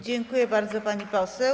Dziękuję bardzo, pani poseł.